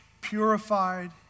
purified